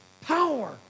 power